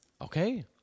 okay